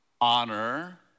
honor